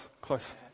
close